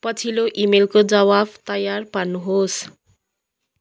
पछिल्लो इमेलको जवाफ तयार पार्नुहोस्